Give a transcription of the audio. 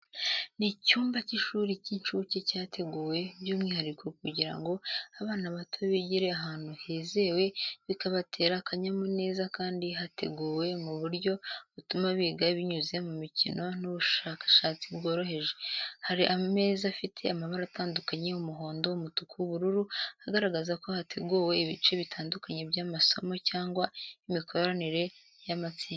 Ni icyumba cy’ishuri ry’incuke cyateguwe by’umwihariko kugira ngo abana bato bigire ahantu hizewe bikabatera akanyamuneza kandi hateguwe mu buryo butuma biga binyuze mu mikino n’ubushakashatsi bworoheje. Hari ameza afite amabara atandukanye umuhondo, umutuku, ubururu agaragaza ko hateguwe ibice bitandukanye by’amasomo cyangwa imikoranire y’amatsinda.